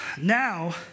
Now